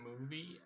movie